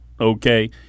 okay